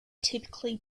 typically